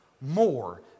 more